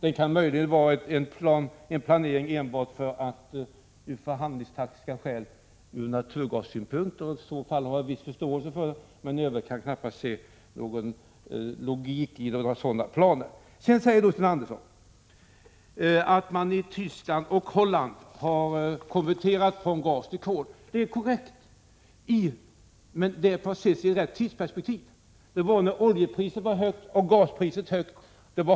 Det kan möjligen gälla en planering som görs enbart av förhandlingstaktiska skäl och ur naturgassynpunkt. I så fall har jag viss förståelse för det. I övrigt kan jag knappast se någon logik i sådana planer. Sten Andersson säger att man i Tyskland och Holland har konverterat från gas till kol. Det är korrekt, men det bör ses i rätt tidsperspektiv. Detta skedde när oljepriset var högt och gaspriset högt.